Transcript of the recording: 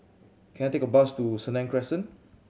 can I take a bus to Senang Crescent